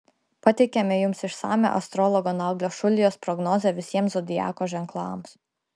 pateikiame jums išsamią astrologo naglio šulijos prognozę visiems zodiako ženklams